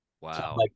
Wow